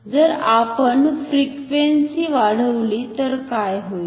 जर आपण फ्रिक्वेन्सी वाढवली तर काय होईल